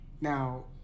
Now